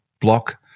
block